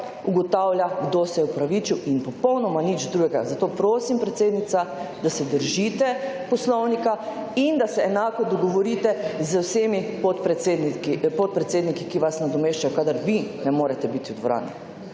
ugotavlja kdo se je opravičil in popolnoma nič drugega. Zato prosim, predsednica, da se držite Poslovnika in da se enako dogovorite z vsemi podpredsedniki, ki vas nadomeščajo kadar vi ne morete biti v dvorani.